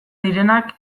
direnak